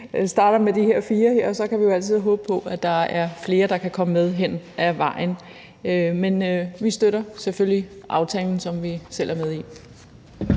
vi starter med de her fire, og så kan vi jo altid håbe på, at der er flere, der kan komme med hen ad vejen. Men vi støtter selvfølgelig aftalen, som vi selv er med i.